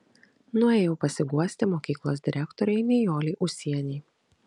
nuėjau pasiguosti mokyklos direktorei nijolei ūsienei